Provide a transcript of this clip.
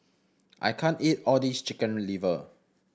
I can't eat all this Chicken Liver